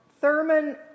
Thurman